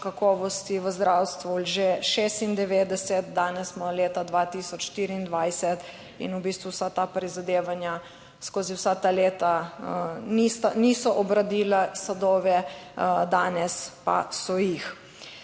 v zdravstvu že 96, danes smo leta 2024 in v bistvu vsa ta prizadevanja skozi vsa ta leta niso obrodila sadove, danes pa so jih.